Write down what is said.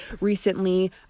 recently